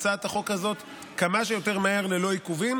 הצעת החוק הזאת כמה שיותר מהר ללא עיכובים,